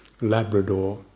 Labrador